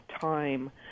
time